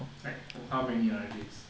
right how many R_J